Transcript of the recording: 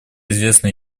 известна